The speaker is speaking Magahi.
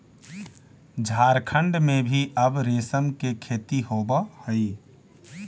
झारखण्ड में भी अब रेशम के खेती होवऽ हइ